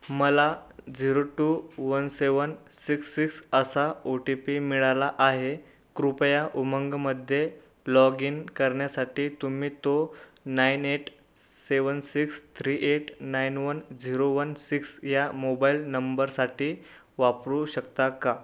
मला zero two one seven six six असा O T P मिळाला आहे कृपया उमंगमध्ये लॉगिन करण्यासाठी तुम्ही तो nine eight seven six three eight nine one zero one six या मोबाइल नंबरसाठी वापरू शकता का